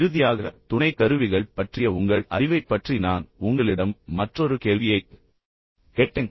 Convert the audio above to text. இறுதியாக துணைக்கருவிகள் பற்றிய உங்கள் அறிவைப் பற்றி நான் உங்களிடம் மற்றொரு கேள்வியைக் கேட்டேன்